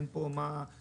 אין מה להסתיר,